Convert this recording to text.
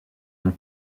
nom